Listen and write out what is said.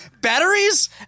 Batteries